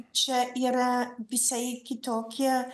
čia yra visai kitokie